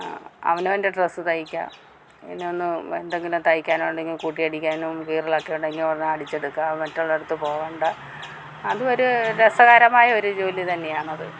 അവനവന്റെ ഡ്രസ്സ് തയ്ക്കുക പിന്നെ ഒന്ന് എന്തെങ്കിലും തയ്ക്കാൻ ഉണ്ടെങ്കിൽ കൂട്ടി അടിക്കാനും കീറൽ ഒക്കെ ഉണ്ടെങ്കിൽ ഉടനെ അടിച്ചെടുക്കാം മറ്റുള്ള ഇടത്ത് പോവേണ്ട അത് ഒരു രസകരമായ ഒരു ജോലി തന്നെയാണത്